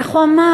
איך הוא אמר?